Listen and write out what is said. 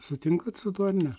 sutinkat su tuo ar ne